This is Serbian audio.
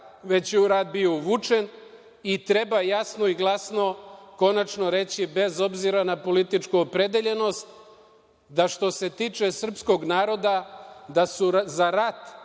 već je u rat bio uvučen i treba jasno i glasno konačno reći, bez obzira na političku opredeljenost, da što se tiče srpskog naroda da su za rat